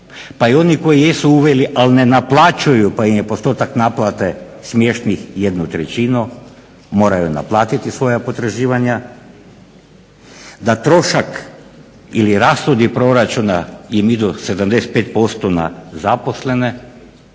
pa i oni koji jesu uveli ali ne naplaćuju pa im je postotak naplate smiješnih 1/3 moraju naplatiti svoja potraživanja, da trošak ili rashodi proračuna i idu do 75% na zaposlene